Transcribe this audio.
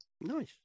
Nice